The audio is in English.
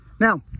now